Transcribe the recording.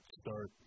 start